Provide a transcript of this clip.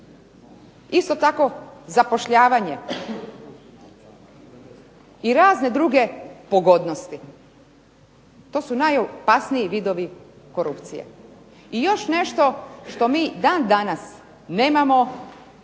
Isto tako zapošljavanje. I razne druge pogodnosti. To su najopasniji vidovi korupcije. I još nešto što mi dan danas nemamo,